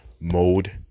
Mode